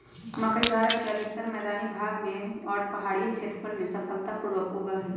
मकई भारत के अधिकतर मैदानी भाग में और पहाड़ियन क्षेत्रवन में सफलता पूर्वक उगा हई